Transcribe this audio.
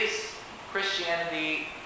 Christianity